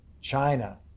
China